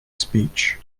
speech